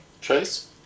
Trace